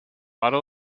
otto